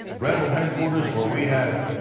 rebel headquarters where we have